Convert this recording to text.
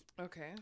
Okay